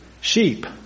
Sheep